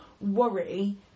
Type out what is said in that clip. worry